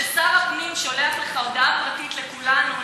כששר הפנים שולח הודעה פרטית לכולנו,